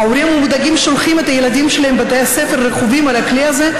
ההורים המודאגים שולחים את הילדים שלהם לבתי הספר רכובים על הכלי הזה,